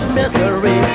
misery